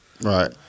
Right